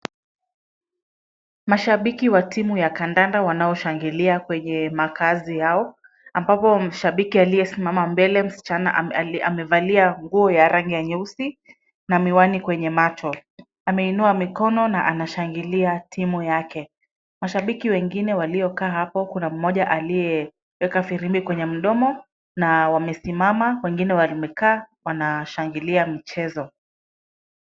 Mashabiki wa timu ya kandanda wanaoshangilia kwenye makazi yao ambapo shabiki aliyesimama mbele msichana amevalia nguo ya rangi ya nyeusi na miwani kwenye macho. Ameinua mikono na anashangilia timu yake. Mashabiki wengine waliokaa hapo kuna mmoja aliyeweka firimbi kwenye mdomo na wamesimama na wengine wamekaa wanashangilia mchezo.